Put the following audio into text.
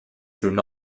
through